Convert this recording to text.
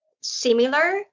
similar